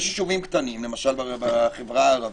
יש יישובים קטנים, למשל בחברה הערבית,